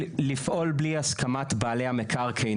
לפעול בלי הסכמת בעלי המקרקעין,